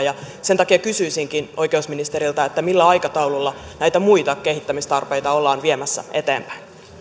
sen takia kysyisinkin oikeusministeriltä millä aikataululla näitä muita kehittämistarpeita ollaan viemässä eteenpäin